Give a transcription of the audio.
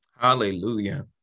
Hallelujah